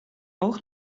oog